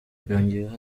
yongeyeho